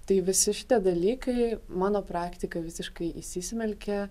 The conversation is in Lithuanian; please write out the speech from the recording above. tai visi šitie dalykai mano praktika visiškai įsismelkė